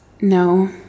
No